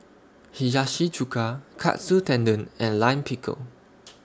Hiyashi Chuka Katsu Tendon and Lime Pickle